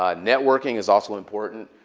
um networking is also important.